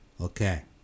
Okay